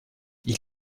ils